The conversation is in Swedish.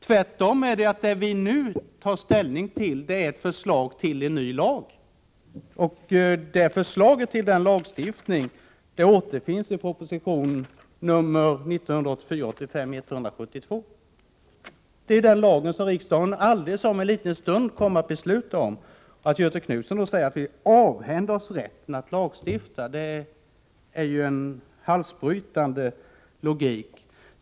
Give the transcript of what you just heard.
Tvärtom -— det vi nu tar ställning till är ett förslag till en ny lag. Förslaget till denna lagstiftning återfinns i propositionen 1984/85:172, Det är den lag som riksdagen om en liten stund kommer att fatta beslut om. Göthe Knutson säger då att vi avhänder oss rätten att lagstifta. Det är ju en halsbrytande logik.